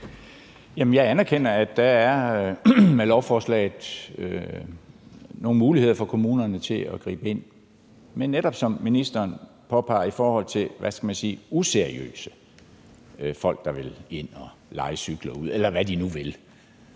Jeg anerkender, at der med lovforslaget er nogle muligheder for kommunerne for at gribe ind, som ministeren påpeger, over for netop, hvad skal man sige, useriøse folk, der vil leje cykler ud, eller hvad de nu vil.